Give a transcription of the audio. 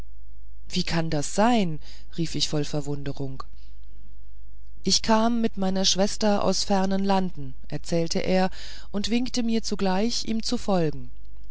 wie kann das sein rief ich voll verwunderung ich kam mit meiner schwester aus fernen landen erzählte er und winkte mir zugleich ihm zu folgen